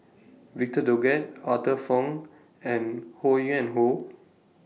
Victor Doggett Arthur Fong and Ho Yuen Hoe